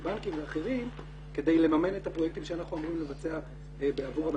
מבנקים ואחרים כדי לממן את הפרויקטים שאנחנו אמורים לבצע עבור הממשלה.